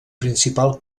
principal